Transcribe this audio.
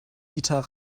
dieter